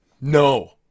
No